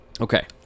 okay